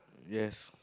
yes